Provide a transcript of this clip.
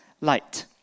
light